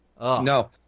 no